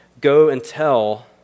go-and-tell